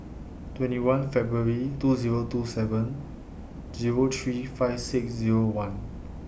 twenty one February two Zero two seven Zero three five six Zero one